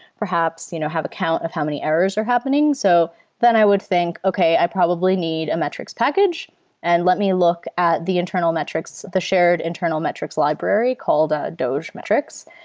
perhaps you know have a count of how many errors are happening. so then i would think, okay, i probably need a metrics package and let me look at the internal metrics, the shared internal metrics library, called ah gauche metrics,